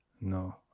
No